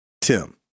tim